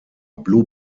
blue